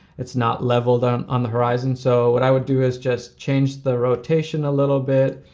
it's not leveled on on the horizon. so what i would do is just change the rotation a little bit,